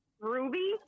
Ruby